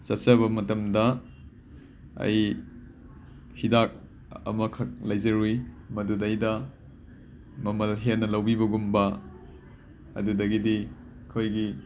ꯆꯠꯆꯕ ꯃꯇꯝꯗ ꯑꯩ ꯍꯤꯗꯥꯛ ꯑꯃꯈꯛ ꯂꯩꯖꯔꯨꯏ ꯃꯥꯗꯨꯗꯩꯗ ꯃꯃꯜ ꯍꯦꯟꯅ ꯂꯧꯕꯤꯕꯒꯨꯝꯕ ꯑꯗꯨꯗꯒꯤꯗꯤ ꯑꯩꯈꯣꯏꯒꯤ